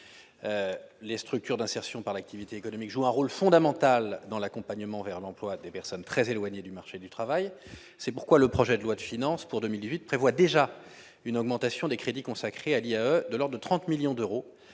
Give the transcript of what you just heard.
Ces structures jouent un rôle fondamental dans l'accompagnement vers l'emploi des personnes très éloignées du marché du travail. C'est pourquoi le projet de loi de finances pour 2018 prévoit déjà une augmentation des crédits consacrés à l'IAE de l'ordre de 30 millions d'euros,